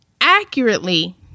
accurately